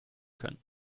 können